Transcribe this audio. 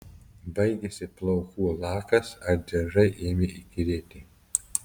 baigėsi plaukų lakas ar driežai ėmė įkyrėti